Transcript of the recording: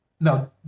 No